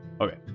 Okay